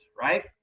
right